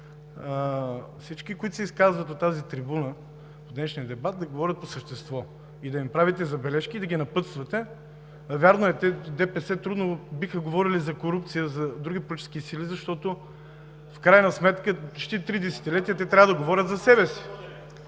всички, които се изказват от тази трибуна в днешния дебат, да говорят по същество, да им правите забележки и да ги напътствате. Вярно е, ДПС трудно биха говорили за корупция за други политически сили, защото в крайна сметка почти три десетилетия те трябва да говорят за себе си.